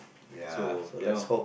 ya so let's hope